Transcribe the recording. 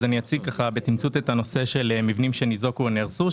אני אציג בתמצות את הנושא של מבנים שניזוקו או שנהרסו,